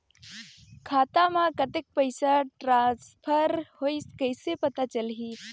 खाता म कतेक पइसा ट्रांसफर होईस कइसे पता चलही?